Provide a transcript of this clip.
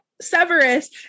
Severus